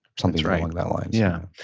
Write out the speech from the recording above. something along that lines yeah.